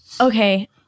Okay